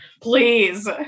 Please